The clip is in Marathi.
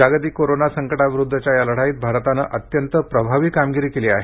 जागतिक कोरोनासंकटाविरुद्धच्या या लढाईत भारतानं अत्यंत प्रभावी कामगिरी केली आहे